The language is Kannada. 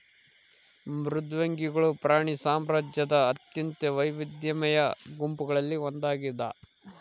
ಮೃದ್ವಂಗಿಗಳು ಪ್ರಾಣಿ ಸಾಮ್ರಾಜ್ಯದ ಅತ್ಯಂತ ವೈವಿಧ್ಯಮಯ ಗುಂಪುಗಳಲ್ಲಿ ಒಂದಾಗಿದ